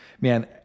man